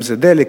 אם דלק,